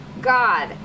God